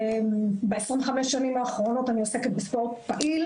ב-25 השנים האחרונות אני עוסקת בספורט פעיל